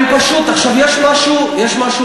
אם אתה רוצה תקלות אחר כך,